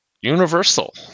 universal